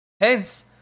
Hence